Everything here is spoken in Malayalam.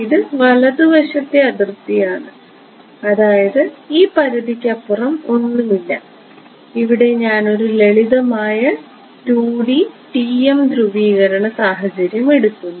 ഇത് വലതുവശത്തെ അതിർത്തിയാണ് അതായത് ഈ പരിധിക്കപ്പുറം ഒന്നുമില്ല ഇവിടെ ഞാൻ ഒരു ലളിതമായ 2D TM ധ്രുവീകരണ സാഹചര്യം എടുക്കുന്നു